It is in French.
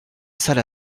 salle